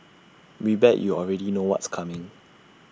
we bet you already know what's coming